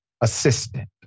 assistant